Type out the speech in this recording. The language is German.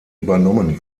übernommen